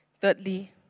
Thirdly